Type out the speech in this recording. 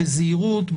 בזהירות,